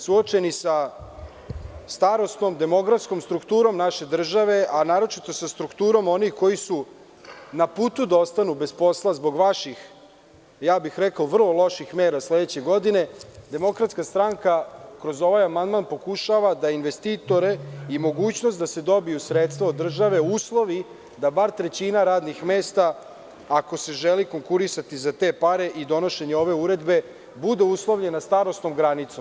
Suočeni sa starosnom, demografskom strukturom naše države, a naročito sa strukturom onih koji su na putu da ostanu bez posla zbog vaših, ja bih rekao vrlo loših mera sledeće godine, DS kroz ovaj amandman pokušava da investitore i mogućnost da se dobiju sredstva od države uslovi da bar trećina radnih mesta, ako se želi konkurisati za te pare i donošenje ove uredbe, bude uslovljena starosnom granicom.